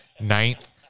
ninth